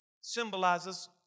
symbolizes